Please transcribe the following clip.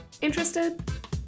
Interested